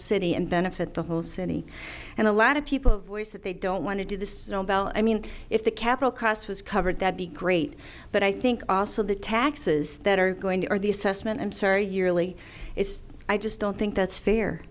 city and benefit the whole city and a lot of people voice that they don't want to do this nobel i mean if the capital cost was covered that be great but i think also the taxes that are going to or the assessment i'm sorry yearly is i just don't think that's fair